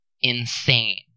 insane